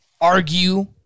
argue